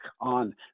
on